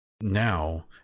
now